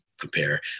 compare